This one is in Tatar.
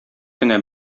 кенә